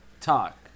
talk